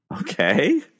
Okay